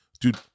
dude